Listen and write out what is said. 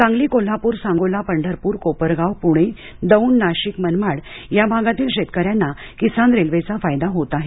सांगली कोल्हापूर सांगोला पंढरपूर कोपरगाव पुणे दौंड नाशिक मनमाड या भागातील शेतकऱ्यांना किसान रेल्वेचा फायदा होत आहे